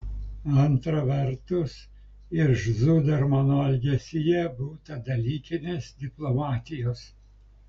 antra vertus ir zudermano elgesyje būta dalykinės diplomatijos